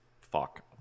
fuck